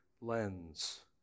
lens